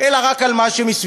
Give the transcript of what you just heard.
אלא רק על מה שמסביבו.